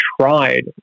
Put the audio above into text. tried